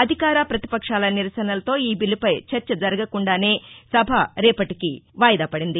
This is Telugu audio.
అధికార ప్రతిపక్షాల నిరసనలతో ఈ బిల్లుపై చర్చ జరగకుండానే సభ రేపటికి వాయిదా పడింది